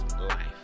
life